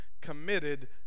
committed